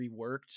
reworked